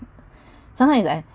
sometimes he